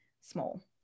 small